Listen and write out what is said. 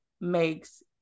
makes